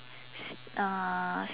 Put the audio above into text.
uh